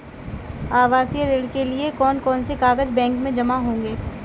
आवासीय ऋण के लिए कौन कौन से कागज बैंक में जमा होंगे?